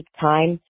time